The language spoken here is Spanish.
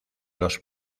los